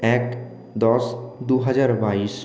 এক দশ দুহাজার বাইশ